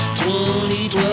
2012